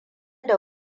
da